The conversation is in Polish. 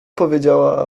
powiedziała